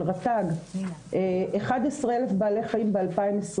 רשות הטבע והגנים 11,000 בעלי חיים ב-2020,